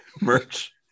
merch